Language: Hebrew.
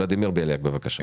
ולדימיר בליאק, בבקשה.